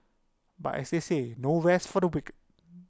but as they say no rest for the wicked